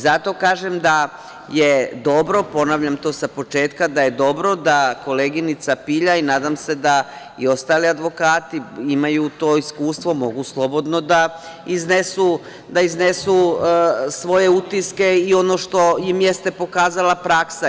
Zato kažem da je dobro, ponavljam to sa početka, da je dobro da koleginica Pilja, i nadam se da i ostali advokati imaju to iskustvo, mogu slobodno da iznesu svoje utiske i ono što im jeste pokazala praksa.